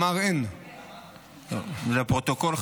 לפרוטוקול,